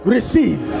Receive